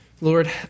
Lord